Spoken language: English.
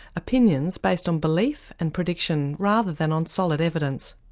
opinions based on belief and prediction, rather than on solid evidence.